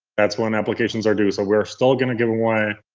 that's when and applications are due. so, we're still going to give away.